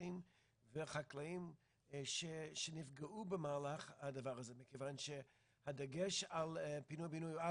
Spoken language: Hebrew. הפתוחים והחקלאיים שנפגעו במהלך הדבר הזה מכיוון שהדגש על פינוי-בינוי הוא